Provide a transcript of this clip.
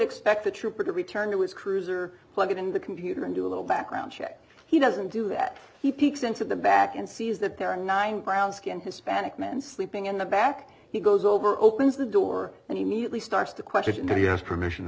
expect the trooper to return to his cruiser plug in the computer and do a little background check he doesn't do that he peeks into the back and sees that there are nine brown skinned hispanic men sleeping in the back he goes over opens the door and he mutely starts to question that he has permission to